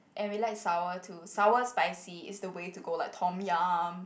and we like sour too sour spicy is the way to go like Tom-Yum